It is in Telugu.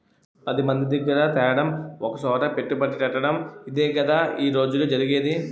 పదిమంది దగ్గిర తేడం ఒకసోట పెట్టుబడెట్టటడం ఇదేగదా ఈ రోజుల్లో జరిగేది